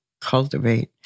cultivate